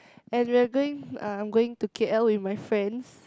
and we're going uh I'm going to K_L with my friends